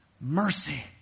Mercy